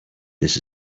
this